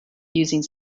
using